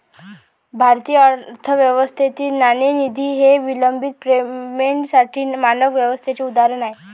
भारतीय अर्थव्यवस्थेतील नाणेनिधी हे विलंबित पेमेंटसाठी मानक व्यवस्थेचे उदाहरण आहे